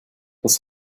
das